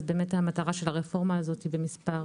המטרה של הרפורמה הזאת היא במספר